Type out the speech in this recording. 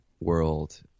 world